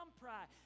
pride